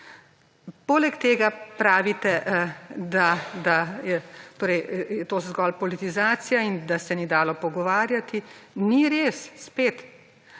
Poleg tega pravite, da je torej to zgolj politizacija in da se ni dalo pogovarjati. Ni res spet.